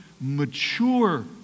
mature